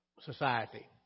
society